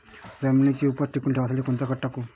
जमिनीची उपज टिकून ठेवासाठी कोनचं खत टाकू?